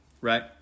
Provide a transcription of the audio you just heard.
right